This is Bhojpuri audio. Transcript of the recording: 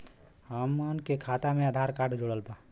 हमन के खाता मे आधार कार्ड जोड़ब?